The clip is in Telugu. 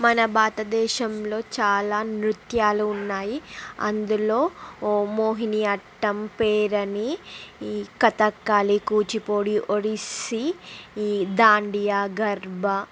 మన భారతదేశంలో చాలా నృత్యాలు ఉన్నాయి అందులో ఓ మోహిని అట్టం పేరని ఈ కథాక్కళి కూచిపూడి ఒడిస్సి ఈ దాండియా గర్భా